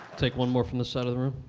take one more from this side of the room.